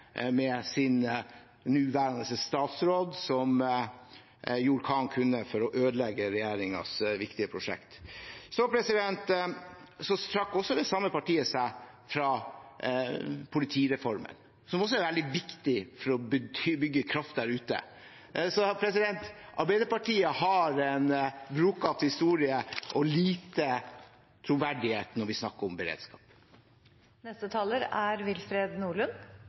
med sin nåværende statsråd, som gjorde hva han kunne for å ødelegge regjeringens viktige prosjekt. Så trakk det samme partiet seg fra politireformen, som også er veldig viktig for å bygge kraft der ute. Så Arbeiderpartiet har en broket historie og lite troverdighet når vi snakker om beredskap. Det er